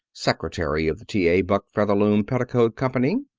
secretary of the t a. buck featherloom petticoat company,